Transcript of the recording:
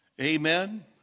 Amen